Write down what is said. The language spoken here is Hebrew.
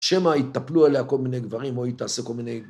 שמא, יטפלו עליה כל מיני גברים, או היא תעשה כל מיני...